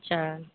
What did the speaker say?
اچھا